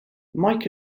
mike